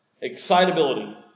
excitability